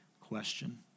question